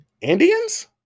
Indians